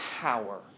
power